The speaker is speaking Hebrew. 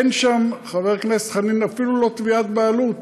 אין שם, חבר הכנסת חנין, אפילו לא תביעת בעלות.